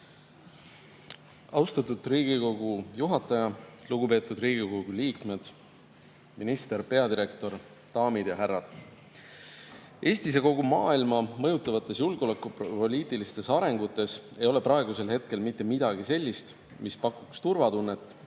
Austatud Riigikogu aseesimees! Lugupeetud Riigikogu liikmed, minister, peadirektor, daamid ja härrad! Eestit ja kogu maailma mõjutavates julgeolekupoliitilistes arengutes ei ole praegusel hetkel midagi sellist, mis pakuks turvatunnet